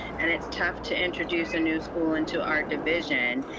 and it's tough to introduce a new school into our division.